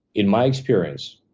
in my experience,